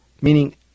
Meaning